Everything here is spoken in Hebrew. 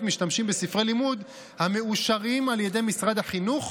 משתמשים בספרי לימוד המאושרים על ידי משרד החינוך,